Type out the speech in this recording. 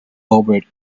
over